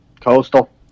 Coastal